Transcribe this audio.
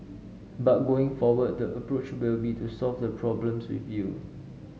but going forward the approach will be to solve the problems with you